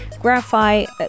graphite